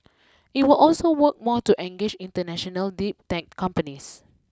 it will also work more to engage international deep tech companies